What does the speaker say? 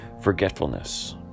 forgetfulness